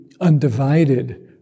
undivided